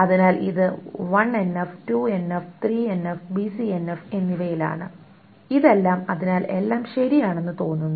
അതിനാൽ ഇത് 1NF 2NF 3NF BCNF എന്നിവയിലാണ് ഇതെല്ലാം അതിനാൽ എല്ലാം ശരിയാണെന്ന് തോന്നുന്നു